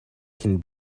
can